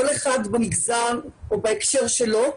כל אחד במגזר או בהקשר שלו.